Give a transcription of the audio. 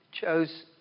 chose